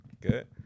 Good